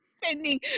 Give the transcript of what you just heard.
spending